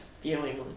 feeling